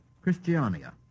Christiania